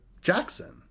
Jackson